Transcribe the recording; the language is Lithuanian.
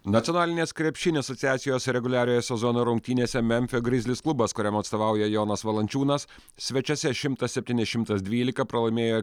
nacionalinės krepšinio asociacijos reguliariojo sezono rungtynėse memfio grizlis klubas kuriam atstovauja jonas valančiūnas svečiuose šimtas septyni šimtas dvylika pralaimėjo